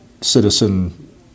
citizen